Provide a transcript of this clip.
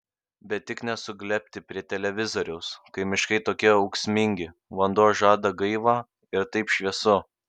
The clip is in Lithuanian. bet tik ne suglebti prie televizoriaus kai miškai tokie ūksmingi vanduo žada gaivą ir taip šviesu